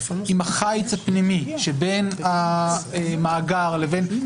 עם החיץ הפנימי שבין המאגר לבין ---?